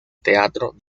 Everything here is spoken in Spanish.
teatro